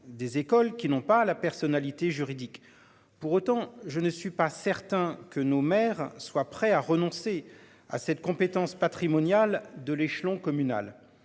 des écoles qui n'ont pas la personnalité juridique. Pour autant, je ne suis pas certain que nos maires soient prêts à renoncer à cette compétence patrimoniale de l'échelon communal,